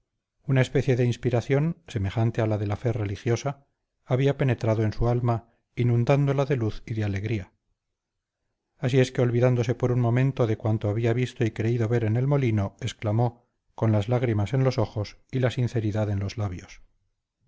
una especie de inspiración semejante a la de la fe religiosa había penetrado en su alma inundándola de luz y de alegría así es que olvidándose por un momento de cuanto había visto y creído ver en el molino exclamó con las lágrimas en los ojos y la sinceridad en los labios